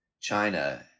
China